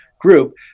group